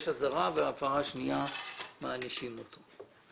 יש אזהרה ובהפרה שנייה - מענישים אותו.